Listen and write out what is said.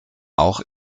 auch